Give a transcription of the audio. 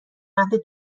اهل